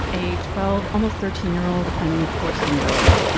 a twelve, almost thirteen year old and a fourteen year old.